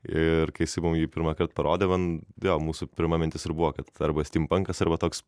ir kai jis jį mum jį pirmąkart parodė man vėl mūsų pirma mintis ir buvo kad arba stympankas arba toks